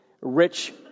rich